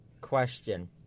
question